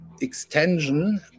extension